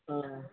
ఆ